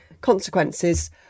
consequences